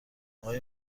آقای